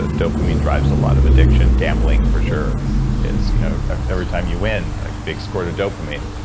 ah dopamine drives a lot of addiction. gambling for sure is you know ah every time you win like big squirt of dopamine.